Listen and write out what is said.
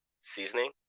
seasoning